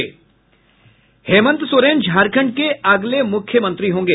हेमंत सोरेन झारखंड के अगले मुख्यमंत्री होंगे